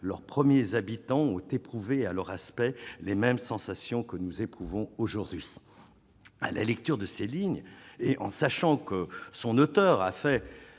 leurs premiers habitants ont éprouvé à leur aspect les mêmes sensations que nous éprouvons aujourd'hui à la lecture de ces lignes et en sachant que son auteur a fait